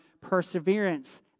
perseverance